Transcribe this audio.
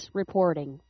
reporting